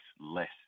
less